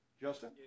Justin